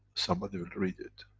somebody will read it.